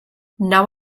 now